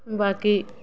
बाकी